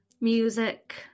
music